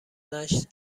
نشت